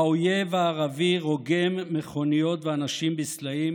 האויב הערבי רוגם מכוניות ואנשים בסלעים,